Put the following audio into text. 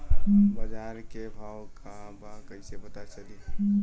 बाजार के भाव का बा कईसे पता चली?